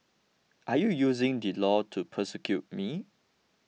are you using the law to persecute me